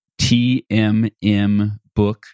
tmmbook